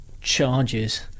charges